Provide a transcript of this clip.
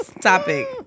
topic